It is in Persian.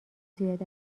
زیاد